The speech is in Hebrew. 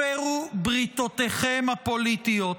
הפרו בריתותיכם הפוליטיות.